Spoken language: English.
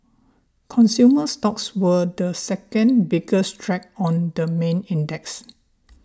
consumer stocks were the second biggest drag on the main index